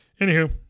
Anywho